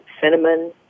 cinnamon